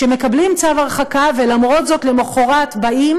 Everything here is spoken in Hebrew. שמקבלים צו הרחקה ולמרות זאת למחרת באים